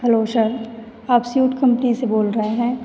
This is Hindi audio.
हेलो शर आप सूट कम्पनी से बोल रहे हैं